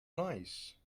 nice